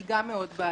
היא גם מאוד בעייתית.